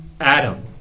Adam